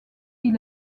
est